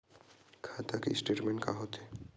खाता के स्टेटमेंट का होथे?